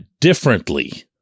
differently